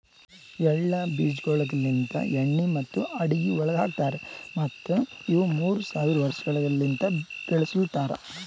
ಎಳ್ಳ ಬೀಜಗೊಳ್ ಲಿಂತ್ ಎಣ್ಣಿ ಮತ್ತ ಅಡುಗಿ ಒಳಗ್ ಹಾಕತಾರ್ ಮತ್ತ ಇವು ಮೂರ್ ಸಾವಿರ ವರ್ಷಗೊಳಲಿಂತ್ ಬೆಳುಸಲತಾರ್